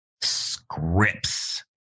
scripts